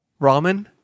Ramen